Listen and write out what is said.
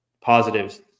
positives